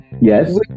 Yes